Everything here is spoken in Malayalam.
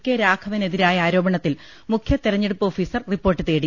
കെ രാഘവനെതിരായ ആരോപണത്തിൽ മുഖ്യതെരഞ്ഞെടുപ്പ് ഓഫീസർ റിപ്പോർട്ട് തേടി